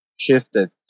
shifted